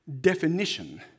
definition